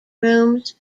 rooms